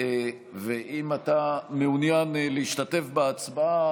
אם אתה מעוניין להשתתף בהצבעה,